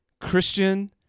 Christian